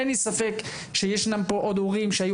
אין לי ספק שישנם פה עוד הורים שהיו